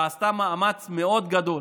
שעשתה מאמץ מאוד גדול